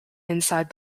inside